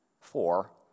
four